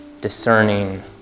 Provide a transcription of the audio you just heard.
discerning